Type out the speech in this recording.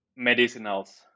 medicinals